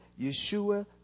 Yeshua